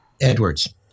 Edwards